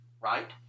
right